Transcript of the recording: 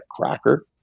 cracker